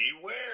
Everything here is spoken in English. beware